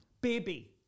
baby